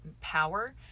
power